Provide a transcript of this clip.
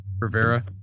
Rivera